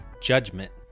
judgment